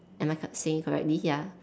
am I co~ saying it correctly ya